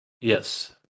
yes